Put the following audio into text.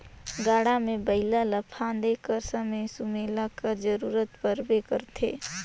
गाड़ा मे बइला ल फादे कर समे सुमेला कर जरूरत परबे करथे